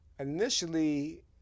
initially